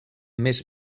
més